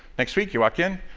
next week, you walk in,